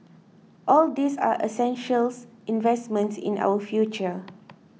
all these are essential investments in our future